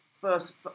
first